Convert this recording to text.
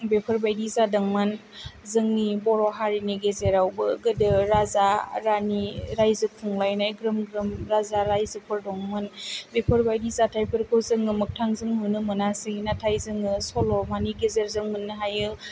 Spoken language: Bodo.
बेफोर बाइदि जादोंमोन जोंनि बर' हारिनि गेजेरावबो गोदो राजा रानि राइजो खुंलाइनाय ग्रोम ग्रोम राजा राइजोफोर दंमोन बेफोर बाइदि जाथाइफोरखौ जोङो मोथांजों नुनो मोनासै नाथाइ जोङो सल'मानि गेजेरजों मोन्नो हायो